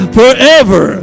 forever